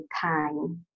time